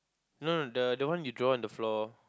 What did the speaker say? no no the the one you draw on the floor